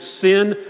sin